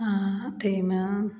अथीमे